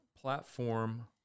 platform